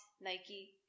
Nike